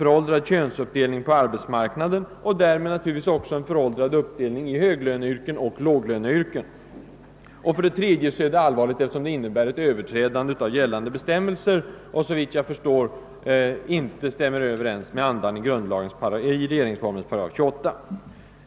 föråldrad könsuppdelning på arbetsmarknaden och därmed också till en föråldrad uppdelning i höglöneyrken och låglöneyrken. 3. Det innebär ett överträdande av gällande bestämmelser och överensstämmer, såvitt jag förstår, inte med andan i regeringsformens § 28.